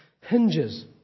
hinges